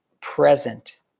present